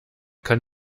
kann